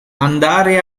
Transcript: andare